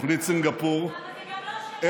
תוכנית סינגפור, אבל זה גם לא שלו, הוא העתיק.